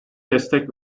destek